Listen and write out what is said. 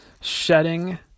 Shedding